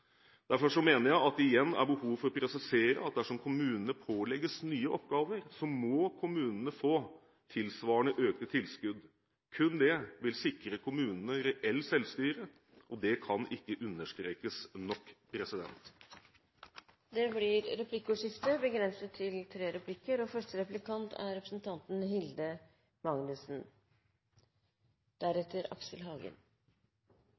Derfor mener jeg at det igjen er behov for å presisere at dersom kommunene pålegges nye oppgaver, må kommunene få tilsvarende økte tilskudd. Kun det vil sikre kommunene reelt selvstyre, og det kan ikke understrekes nok. Det blir replikkordskifte. Kristelig Folkeparti er